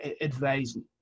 advising